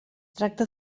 tracta